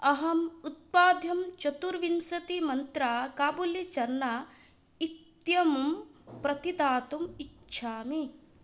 अहम् उत्पाद्यं चतुर्विंशति मन्त्रम् काबुलि चन्ना इत्यमुं प्रतिदातुम् इच्छामि